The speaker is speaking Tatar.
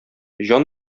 җан